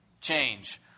change